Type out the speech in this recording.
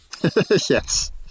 Yes